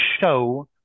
show –